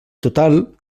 total